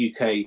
uk